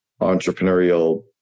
entrepreneurial